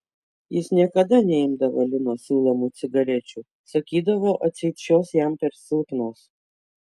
jis niekada neimdavo lino siūlomų cigarečių sakydavo atseit šios jam per silpnos